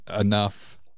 enough